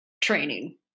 training